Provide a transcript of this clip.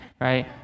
right